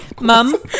mom